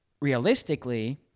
realistically